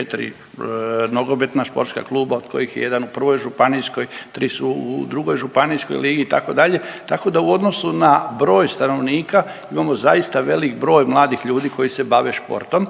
i 4 nogometna športska kluba, od kojih je jedna u 1. županijskoj, 3 su u 2. županijskoj ligi, itd., tako da u odnosu na broj stanovnika imamo zaista velik broj mladih ljudi koji se bave športom,